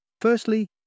Firstly